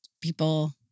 People